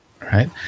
right